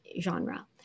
genre